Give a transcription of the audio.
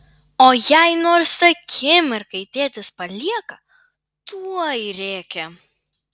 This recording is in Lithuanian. o jei nors akimirkai tėtis palieka tuoj rėkia